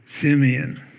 Simeon